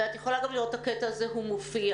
ואת יכולה לראות שהקטע הזה מופיע.